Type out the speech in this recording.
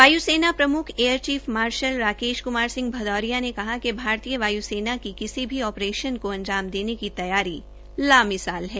वाय् सेना प्रम्ख एयरचीफ मार्शल राकेश क्मार सिंह भदोरिया ने कहा कि भारतीय वाय्सेना की किसी भी आप्रेशन को अंजाम देने की तैयारी ला मिसाल है